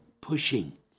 pushing